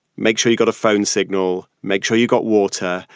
make sure you got a phone signal. make sure you got water.